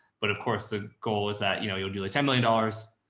but of course the goal is that, you know, you'll do like ten million dollars,